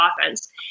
offense